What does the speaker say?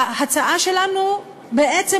ההצעה שלנו בעצם